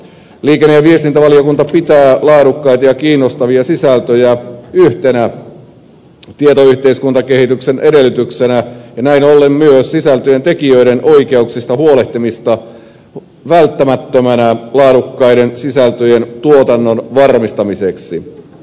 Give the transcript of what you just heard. liikenne ja viestintävaliokunta pitää laadukkaita ja kiinnostavia sisältöjä yhtenä tietoyhteiskuntakehityksen edellytyksenä ja näin ollen myös sisältöjen tekijöiden oikeuksista huolehtimista välttämättömänä laadukkaiden sisältöjen tuotannon varmistamiseksi